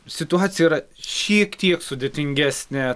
situacija yra šiek tiek sudėtingesnė